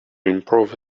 improve